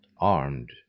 armed